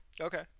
okay